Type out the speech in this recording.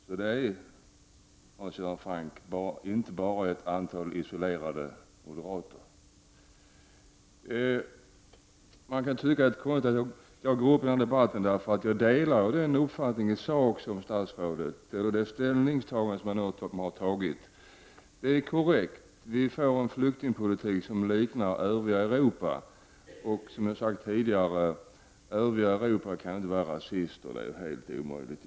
Det är, Hans Göran Franck, alltså inte fråga om ett antal isolerade moderater. Man kan tycka att det är konstigt att jag går upp i den här debatten, eftersom jag i sak är för det ställningstagande som statsrådet har gjort. Det är korrekt att vi får en flyktingpolitik som liknar det övriga Europas. Som jag har sagt tidigare kan man inte vara rasist i det övriga Europa — det är helt omöjligt.